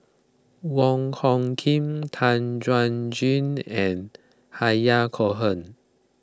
Wong Hung Khim Tan Chuan Jin and Yahya Cohen